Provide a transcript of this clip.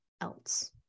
else